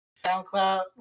SoundCloud